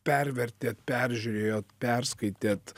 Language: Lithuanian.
pervertėt peržiūrėjot perskaitėt